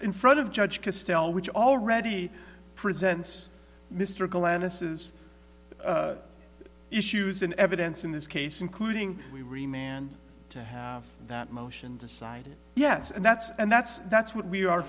in front of judge castello which already presents mr galanter says issues in evidence in this case including we re man to have that motion decided yes and that's and that's that's what we are